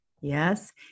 Yes